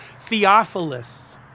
Theophilus